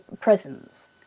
presence